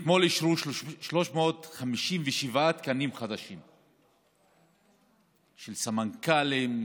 אתמול אישרו 357 תקנים חדשים של סמנכ"לים,